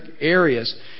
areas